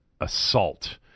assault –